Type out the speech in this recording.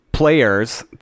players